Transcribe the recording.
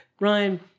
Ryan